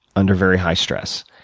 under very high stress,